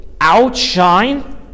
outshine